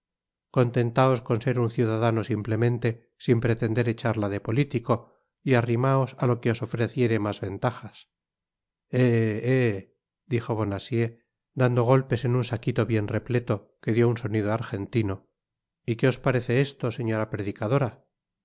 contentaos con ser un ciudadano simplemente sin pretender echarla de politico y arrimaos á lo que os ofreciere mas ventajas eh eh dijo bonacieux dando golpes en un saquito bien repleto que dió un sonido argentino y qué os parece esto señora predicadora